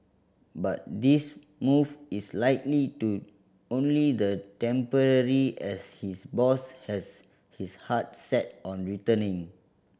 but this move is likely to only the temporary as his boss has his heart set on returning